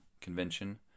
convention